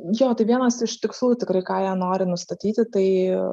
jo tai vienas iš tikslų tikrai ką jie nori nustatyti tai